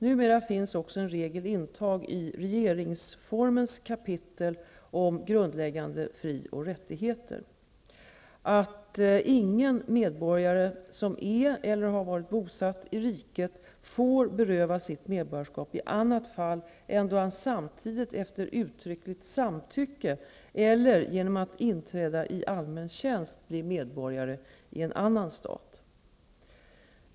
Numera finns också en regel intagen i regeringsformens kapitel om grundläggande frioch rättigheter att ingen medborgare som är eller har varit bosatt i riket får berövas sitt medborgarskap i annat fall än då han samtidigt efter uttryckligt samtycke eller genom att inträda i allmän tjänst blir medborgare i en annan stat.